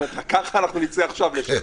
אם אתה ככה אנחנו נצא עכשיו לשם.